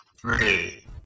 three